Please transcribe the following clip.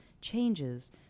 changes